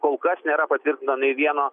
kol kas nėra patvirtino nei vieno